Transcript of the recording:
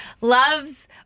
loves